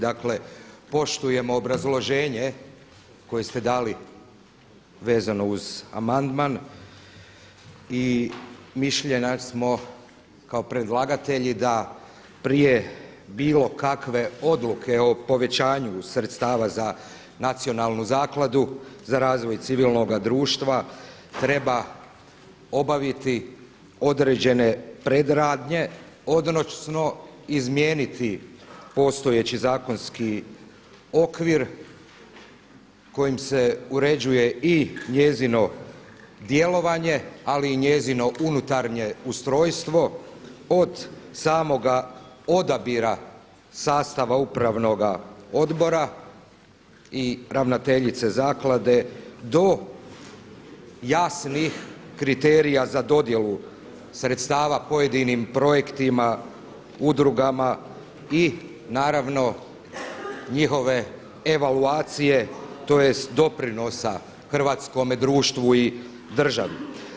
Dakle, poštujem obrazloženje koje ste dali vezano uz amandman i mišljenja smo kao predlagatelji da da prije bilo kakve odluke o povećanju sredstava za Nacionalnu zakladu za razvoj civilnoga društva treba obaviti određene predradnje odnosno izmijeniti postojeći zakonski okvir kojim se uređuje i njezino djelovanje, ali i njezino unutarnje ustrojstvo od samoga odabira sastava upravnoga odbora i ravnateljice zaklade do jasnih kriterija za dodjelu sredstava pojedinim projektima, udrugama i naravno njihove evaluacije tj. doprinosa hrvatskome društvu i državi.